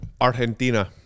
Argentina